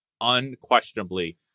unquestionably